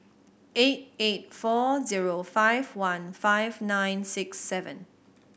eight eight four zero five one five nine six seven